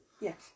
Yes